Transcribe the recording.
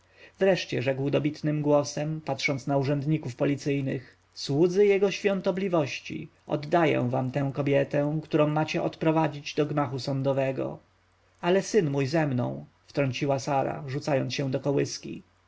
wreszcie rzekł dobitnym głosem patrząc na urzędników policyjnych słudzy jego świątobliwości oddaję wam tę kobietę którą macie odprowadzić do gmachu sądowego ale syn mój ze mną wtrąciła sara rzucając się do kołyski z